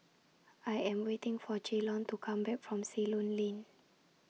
I Am waiting For Jaylon to Come Back from Ceylon Lane